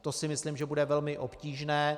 To si myslím, že bude velmi obtížné.